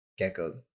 Geckos